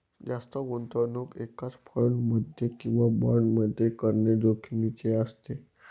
जास्त गुंतवणूक एकाच फंड मध्ये किंवा बॉण्ड मध्ये करणे जोखिमीचे असते